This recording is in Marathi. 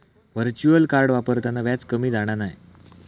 व्हर्चुअल कार्ड वापरताना व्याज कमी जाणा नाय